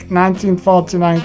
1949